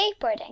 skateboarding